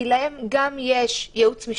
כי גם להם יש ייעוץ משפטי,